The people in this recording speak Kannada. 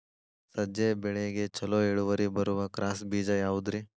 ಸಜ್ಜೆ ಬೆಳೆಗೆ ಛಲೋ ಇಳುವರಿ ಬರುವ ಕ್ರಾಸ್ ಬೇಜ ಯಾವುದ್ರಿ?